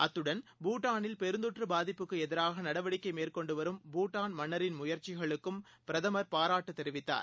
அத்துடன் பூடானில் பெருந்தொற்றுபாதிப்புக்குஎதிராகநடவடிக்கைமேற்கொண்டுவரும் பூடான் மன்னரின் முயற்சிகளுக்கும் பிரதமர் பாராட்டுதெரிவித்தார்